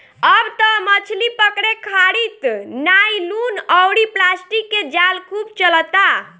अब त मछली पकड़े खारित नायलुन अउरी प्लास्टिक के जाल खूब चलता